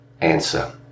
answer